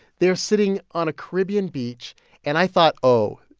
they're sitting on a caribbean beach and i thought, oh,